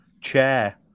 chair